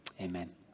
Amen